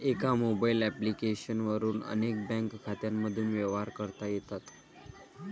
एका mobile application वरून अनेक बँक खात्यांमधून व्यवहार करता येतात